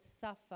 suffer